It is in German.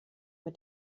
mit